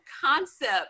concept